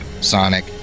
sonic